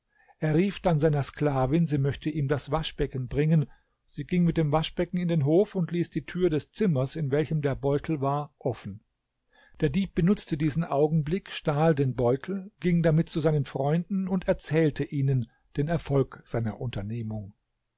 er rief dann seiner sklavin sie möchte ihm das waschbecken bringen sie ging mit dem waschbecken in den hof und ließ die tür des zimmers in welchem der beutel war offen der dieb benutzte diesen augenblick stahl den beutel ging damit zu seinen freunden und erzählte ihnen den erfolg seiner unternehmung